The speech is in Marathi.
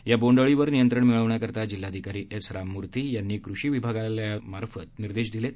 या बोंडअळीवर नियंत्रण मिळवण्याकरता जिल्हाधिकारी एस राममूर्ती यांनी कृषी विभागालायाबाबत निर्देश दिले आहेत